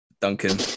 Duncan